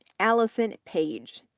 allison page,